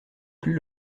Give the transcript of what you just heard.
plus